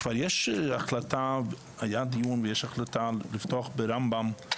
כבר יש החלטה, היה דיון ויש החלטה לפתוח ברמב"ם,